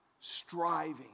striving